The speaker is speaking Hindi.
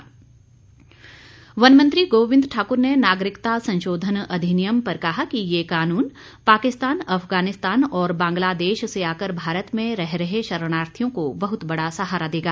वन मंत्री वन मंत्री गोविंद ठाकुर ने नागरिकता संशोधन अधिनियम पर कहा कि ये कानून पाकिस्तान अफगानिस्तान और बांग्लादेश से आकर भारत में रह रहे शरणार्थियों को बहुत बड़ा सहारा देगा